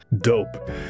Dope